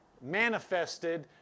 manifested